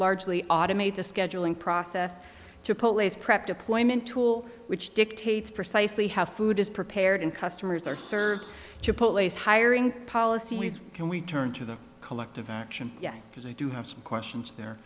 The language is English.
largely automate the scheduling process to police prep deployment tool which dictates precisely how food is prepared and customers are served to police hiring policies and we turn to the collective action because they do have some questions there